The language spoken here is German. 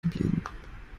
geblieben